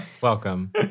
Welcome